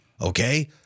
Okay